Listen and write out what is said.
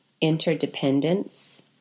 interdependence